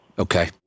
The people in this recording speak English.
Okay